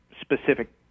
specific